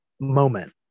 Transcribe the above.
moment